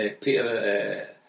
Peter